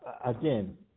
Again